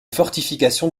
fortifications